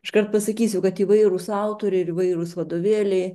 iškart pasakysiu kad įvairūs autoriai ir įvairūs vadovėliai